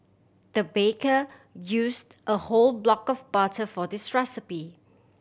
the baker used a whole block of butter for this recipe